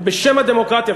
בשם הדמוקרטיה.